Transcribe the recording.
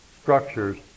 structures